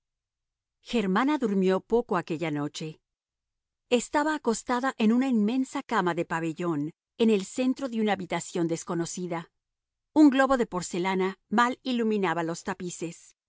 a italia germana durmió poco aquella noche estaba acostada en una inmensa cama de pabellón en el centro de una habitación desconocida un globo de porcelana mal iluminaba los tapices